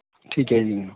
ਠੀਕ ਹੈ ਜੀ